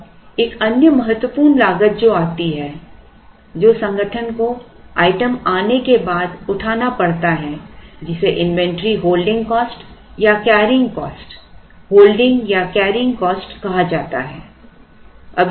अब अन्य महत्वपूर्ण लागत जो आती है जो संगठन को आइटम आने के बाद उठाना पड़ता है जिसे इन्वेंट्री होल्डिंग कॉस्ट या कैरिंग कॉस्ट होल्डिंग या कैरिंग कॉस्ट कहा जाता है